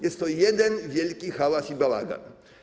Jest jeden wielki hałas i bałagan.